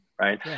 right